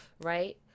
right